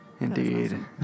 Indeed